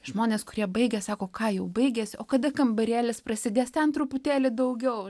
žmonės kurie baigia sako ką jau baigėsi o kada kambarėlis prasidės ten truputėlį daugiau